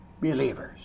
believers